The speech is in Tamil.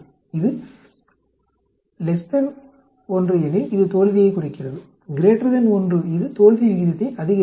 இது 1 எனில் இது தோல்வியை குறைக்கிறது 1 இது தோல்வி விகிதத்தை அதிகரிக்கிறது